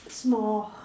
small